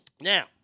Now